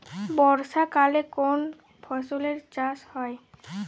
বর্ষাকালে কোন ফসলের চাষ হয়?